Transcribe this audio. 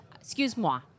excuse-moi